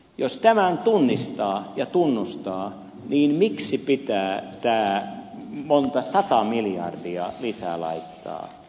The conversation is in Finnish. jos tämän tunnistaa ja tunnustaa niin miksi pitää nämä monta sataa miljardia lisää laittaa